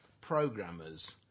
programmers